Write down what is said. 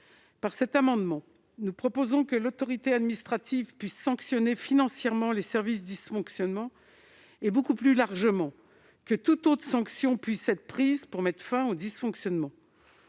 Par cet amendement, nous proposons que l'autorité administrative puisse sanctionner financièrement ces services et, beaucoup plus largement, que toute autre sanction puisse être prise pour mettre fin aux dysfonctionnements.